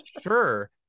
Sure